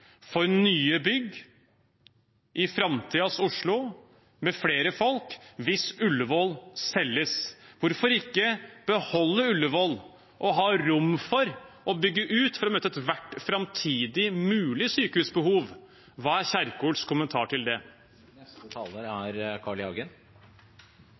for nye bygg i framtidens Oslo, med flere folk, hvis Ullevål selges? Hvorfor ikke beholde Ullevål og ha rom for å bygge ut for å møte ethvert framtidig mulig sykehusbehov? Hva er Kjerkols kommentar til det?